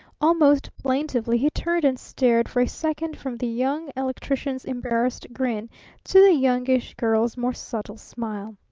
almost plaintively he turned and stared for a second from the young electrician's embarrassed grin to the youngish girl's more subtle smile.